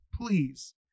Please